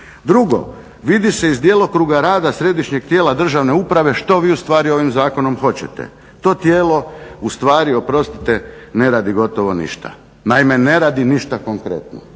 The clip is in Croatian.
Drugo, vidi se iz djelokruga rada središnjeg tijela državne uprave što vi ustvari ovim zakonom hoćete. To tijelo ustvari, oprostite, ne radi gotovo ništa. Naime, ne radi ništa konkretno.